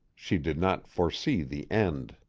she did not foresee the end.